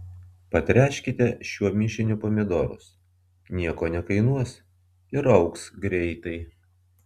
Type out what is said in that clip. patręškite šiuo mišiniu pomidorus nieko nekainuos ir augs greitai